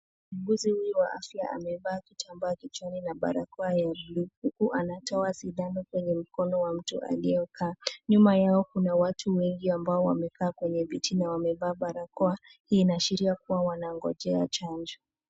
Muuguzi huyu wa afya amevaa kitambaa kichwaani na barakoa ya buluu huku anatoa sindano kwenye mkono wa mtu aliyekaa. Nyuma yao, kuna watu wengi ambao wamekaa kwenye viti na wamevaa barakoa. Hii inaashiria kuwa wanagonjea chanjo.